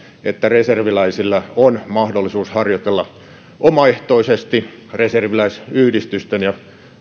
että reserviläisillä on mahdollisuus harjoitella omaehtoisesti reserviläisyhdistysten ja